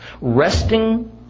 resting